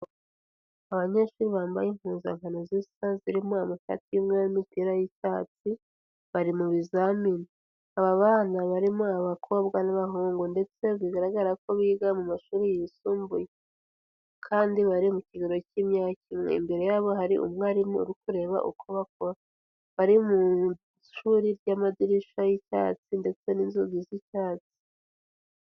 Abanyeshuri bambaye impuzankano zisa zirimo amashati y'umweru n'imipira y'icyatsi bari mu bizamini, aba bana barimo abakobwa n'abahungu ndetse bigaragara ko biga mu mashuri yisumbuye, kandi bari mu kigeroro cy'imyaka imwe, imbere yabo hari umwarimu uri kureba uko bakora, bari mu ishuri ry'amadirishya y'icyatsi ndetse n'inzugi z'icyatsi.